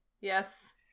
Yes